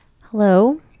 Hello